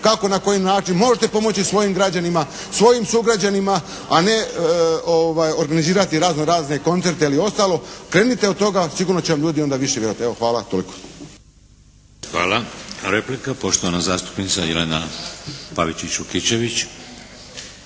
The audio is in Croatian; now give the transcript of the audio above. kako i na koji način možete pomoći svojim građanima, svojim sugrađanima, a ne organizirati razno razne koncerte ili ostalo. Krenite od toga, sigurno će vam ljudi onda više vjerovati. Evo, hvala. Toliko. **Šeks, Vladimir (HDZ)** Hvala. Replika, poštovana zastupnica Jelena Pavičić Vukičević.